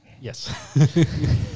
Yes